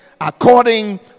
according